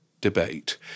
debate